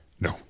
No